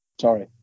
Sorry